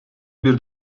bir